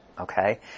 okay